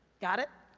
got it?